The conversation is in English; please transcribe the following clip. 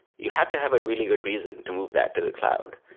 you have to have a really good reason to move that to the cloud.